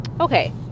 okay